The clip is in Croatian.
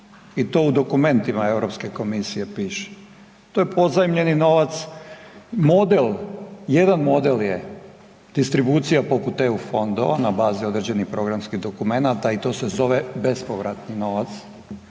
i to u dokumentima Europske komisije piše, to je pozajmljeni novac. Jedan model je distribucija poput EU fondova na bazi određenih programskih dokumenata i to se zove bespovratni novac,